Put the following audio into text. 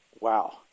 Wow